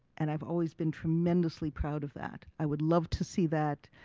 and i've always been tremendously proud of that. i would love to see that